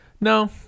no